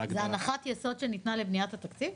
הגדלת --- זאת הנחת יסוד שניתנה לבניית התקציב?